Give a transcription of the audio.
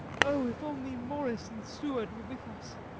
oh, if only morris and seward were with us.